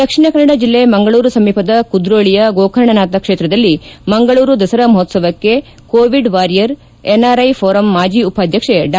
ದಕ್ಷಿಣ ಕನ್ನಡ ಜಿಲ್ಲೆ ಮಂಗಳೂರು ಸಮೀಪದ ಕುದ್ರೋಳಿಯ ಗೋಕರ್ಣನಾಥ ಕ್ಷೇತ್ರದಲ್ಲಿ ಮಂಗಳೂರು ದಸರಾ ಮಹೋತ್ತವಕ್ಷೆ ಕೋವಿಡ್ ವಾರಿಯರ್ ಎನ್ಆರ್ಐ ಫೋರಂ ಮಾಜಿ ಉಪಾಧ್ಯಕ್ಷೆ ಡಾ